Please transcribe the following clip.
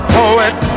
poet